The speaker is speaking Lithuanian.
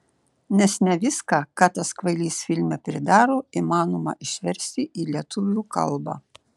nes ne viską ką tas kvailys filme pridaro įmanoma išversti į lietuvių kalbą